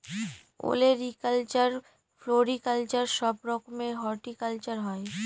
olericulture, floriculture সব রকমের horticulture হয়